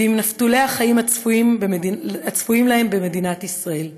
ועם נפתולי החיים הצפויים להם במדינת ישראל.